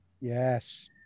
Yes